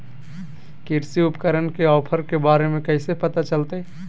कृषि उपकरण के ऑफर के बारे में कैसे पता चलतय?